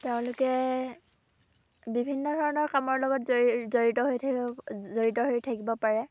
তেওঁলোকে বিভিন্ন ধৰণৰ কামৰ লগত জড়িত হৈ থাইব জড়িত হৈ থাকিব পাৰে